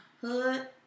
hood